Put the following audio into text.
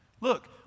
Look